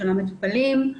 של המטופלים,